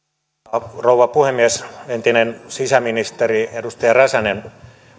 arvoisa rouva puhemies entinen sisäministeri edustaja räsänen